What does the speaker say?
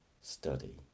Study